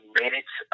minutes